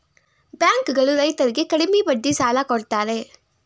bank ಗಳು ರೈತರರ್ಗೆ ಕಡಿಮೆ ಬಡ್ಡಿಗೆ ಸಾಲ ಕೊಡ್ತಾರೆ